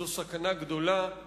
זאת סכנה גדולה,